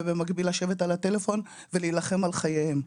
ובמקביל לשבת על הטלפון ולהילחם על חייהם,